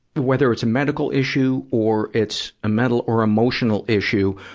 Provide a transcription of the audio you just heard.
but whether it's medical issue or it's a mental or emotional issue,